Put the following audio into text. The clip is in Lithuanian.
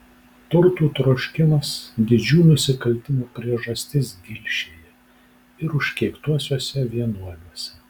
turtų troškimas didžių nusikaltimų priežastis gilšėje ir užkeiktuosiuose vienuoliuose